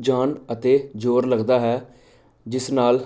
ਜਾਨ ਅਤੇ ਜ਼ੋਰ ਲੱਗਦਾ ਹੈ ਜਿਸ ਨਾਲ